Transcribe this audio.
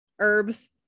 herbs